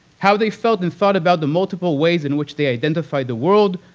how they felt and thought about the multiple ways in which they identified the world,